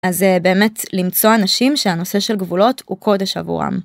אז באמת למצוא אנשים שהנושא של גבולות הוא קודש עבורם.